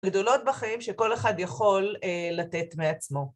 גדולות בחיים שכל אחד יכול לתת מעצמו.